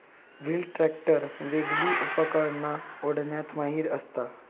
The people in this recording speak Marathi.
व्हील ट्रॅक्टर वेगली उपकरणा ओढण्यात माहिर असता